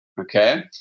Okay